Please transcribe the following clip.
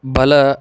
ಬಲ